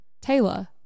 Taylor